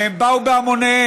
והם באו בהמוניהם.